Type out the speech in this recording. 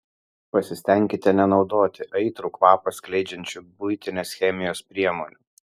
pasistenkite nenaudoti aitrų kvapą skleidžiančių buitinės chemijos priemonių